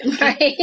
Right